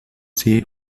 see